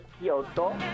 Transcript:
Kyoto